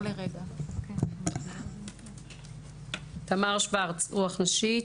יצאה ?אז תמר שוורץ, רוח נשית.